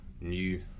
new